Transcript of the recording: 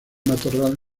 matorral